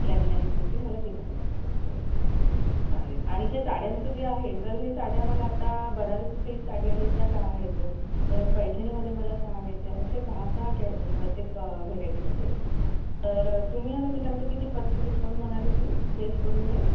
legging आणि कुर्ती मला तीन हजारमध्ये ओके चालेल आणि हे साड्यांचं जे आहे तर हे साड्या मला आता बनारसी सिल्क साडी आहे त्या सहा घ्यायच्या आहे तर पैठणीमध्ये मला सहा घ्यायच्या असे सहा सहा घ्यायच्या प्रत्येक व्हेरायटीमध्ये तर तुम्ही मला त्याचेमध्ये किती पर्सेंट डिस्काउंट म्हणाले तुम्ही लेस करून मिळेल